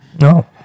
No